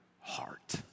heart